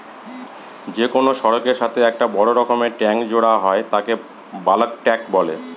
যে কোনো সড়কের সাথে একটা বড় রকমের ট্যাংক জোড়া হয় তাকে বালক ট্যাঁক বলে